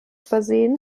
versehen